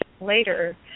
later